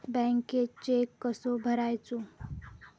बँकेत चेक कसो भरायचो?